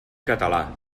català